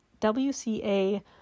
WCA